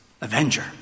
avenger